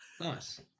Nice